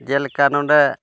ᱡᱮᱞᱮᱠᱟ ᱱᱚᱸᱰᱮ